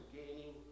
gaining